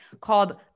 called